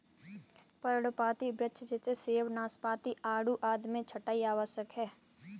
पर्णपाती वृक्ष जैसे सेब, नाशपाती, आड़ू आदि में छंटाई आवश्यक है